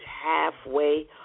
halfway